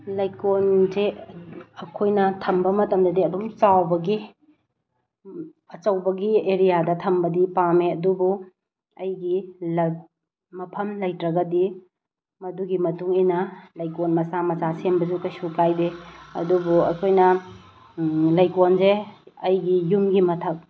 ꯂꯩꯀꯣꯟꯁꯦ ꯑꯩꯈꯣꯏꯅ ꯊꯝꯕ ꯃꯇꯝꯗꯗꯤ ꯑꯗꯨꯝ ꯆꯥꯎꯕꯒꯤ ꯑꯆꯧꯕꯒꯤ ꯑꯦꯔꯤꯌꯥꯗ ꯊꯝꯕꯗꯤ ꯄꯥꯝꯃꯦ ꯑꯗꯨꯕꯨ ꯑꯩꯒꯤ ꯂꯛ ꯃꯐꯝ ꯂꯩꯇ꯭ꯔꯒꯗꯤ ꯃꯗꯨꯒꯤ ꯃꯇꯨꯡ ꯏꯟꯅ ꯂꯩꯀꯣꯟ ꯃꯆꯥ ꯃꯆꯥ ꯁꯦꯝꯕꯁꯨ ꯀꯩꯁꯨ ꯀꯥꯏꯗꯦ ꯑꯗꯨꯕꯨ ꯑꯩꯈꯣꯏꯅ ꯂꯩꯀꯣꯟꯁꯦ ꯑꯩꯒꯤ ꯌꯨꯝꯒꯤ ꯃꯊꯛ